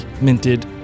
minted